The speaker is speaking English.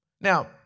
Now